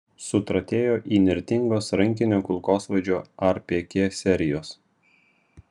sutratėjo įnirtingos rankinio kulkosvaidžio rpk serijos